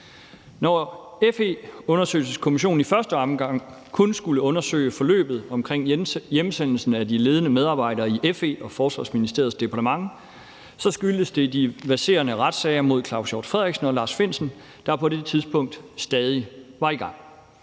Når FE-undersøgelseskommissionen i første omgang kun skulle undersøge forløbet omkring hjemsendelsen af de ledende medarbejdere i FE og Forsvarsministeriets departement, skyldtes det de verserende retssager mod Claus Hjort Frederiksen og Lars Findsen, der på det tidspunkt stadig var i gang.